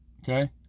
Okay